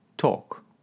talk